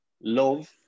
love